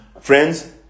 Friends